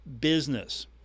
business